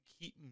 keep